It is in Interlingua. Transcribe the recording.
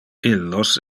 illos